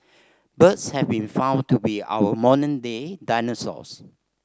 birds have been found to be our modern day dinosaurs